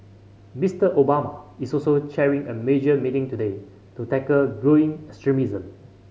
Mister Obama is also chairing a major meeting today to tackle growing extremism